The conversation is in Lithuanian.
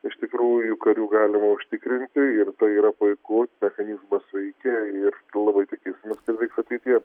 iš tikrųjų karių galima užtikrinti ir tai yra puikus mechanizmas veikti ir labai tikėsimės kad veiks ateityje